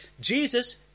Jesus